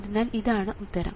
അതിനാൽ അതാണ് ഉത്തരം